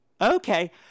Okay